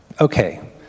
Okay